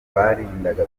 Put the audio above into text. barindaga